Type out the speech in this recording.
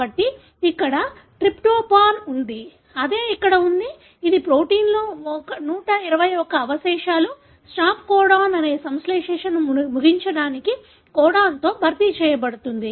కాబట్టి ఇక్కడ ట్రిప్టోఫాన్ ఉంది అదే ఇక్కడ ఉంది ఇది ప్రోటీన్లో 121 అవశేషాలు స్టాప్ కోడాన్ అనే సంశ్లేషణను ముగించడానికి కోడాన్తో భర్తీ చేయబడుతుంది